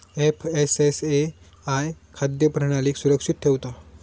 FSSAI खाद्य प्रणालीक सुरक्षित ठेवता